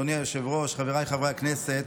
אדוני היושב-ראש, חבריי חברי הכנסת,